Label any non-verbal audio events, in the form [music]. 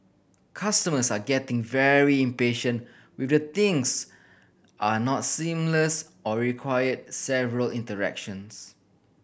customers are getting very impatient [unintelligible] things are not seamless or require several interactions